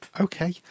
okay